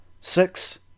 Six